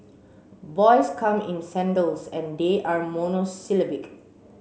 boys come in sandals and they are monosyllabic